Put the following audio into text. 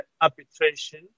arbitration